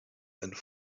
and